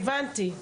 אוקי, הבנתי.